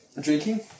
Drinking